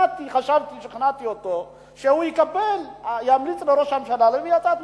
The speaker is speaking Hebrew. חשבתי ששכנעתי אותו שהוא ימליץ לראש הממשלה לפי הצעת מחליטים.